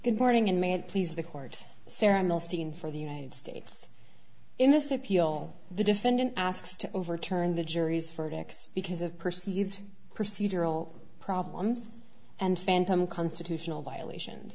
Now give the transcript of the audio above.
good morning and may it please the court sarah milstein for the united states in this appeal the defendant asks to overturn the jury's verdict because of perceived procedural problems and phantom constitutional violations